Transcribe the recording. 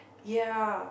ya